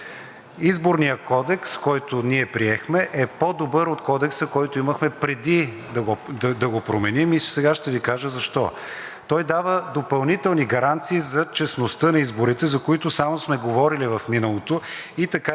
Изборният кодекс, който ние приехме, е по-добър от Кодекса, който имахме, преди да го променим и сега ще Ви кажа защо. Той дава допълнителни гаранции за честността на изборите, за които само сме говорили в миналото, и така